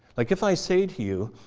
like if i say to you,